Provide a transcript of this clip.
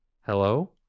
Hello